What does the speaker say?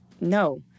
no